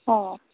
অ